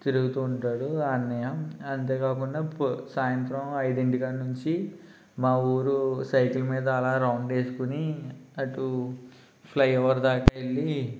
తిరుగుతూ ఉంటాడు అన్నయ్య అంతేకాకుండా పో సాయంత్రం ఐదింటి కాడి నుంచి మా ఊరు సైకిలు మీద అలా రౌండ్ వేసుకొని అటు ఫ్లైఓవర్ దాకా వెళ్లి